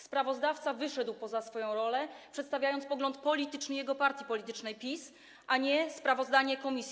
Sprawozdawca wyszedł poza swoją rolę, przedstawiając pogląd polityczny jego partii politycznej, PiS, a nie sprawozdanie komisji.